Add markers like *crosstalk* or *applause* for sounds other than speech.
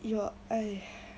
you're *breath* !aiya!